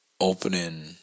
opening